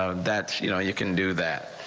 ah that you know you can do that.